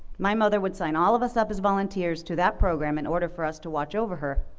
my mother would sign all of us up as volunteers to that program in order for us to watch over her.